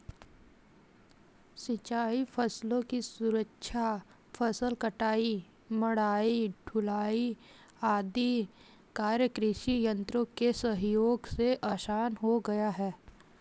सिंचाई फसलों की सुरक्षा, फसल कटाई, मढ़ाई, ढुलाई आदि कार्य कृषि यन्त्रों के सहयोग से आसान हो गया है